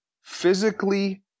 physically